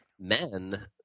Men